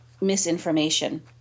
misinformation